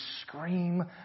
scream